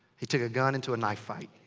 he took a gun into a knife fight.